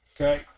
okay